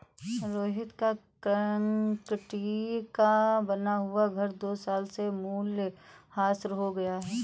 रोहित का कंक्रीट का बना हुआ घर दो साल में मूल्यह्रास हो गया